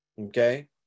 okay